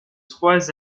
trois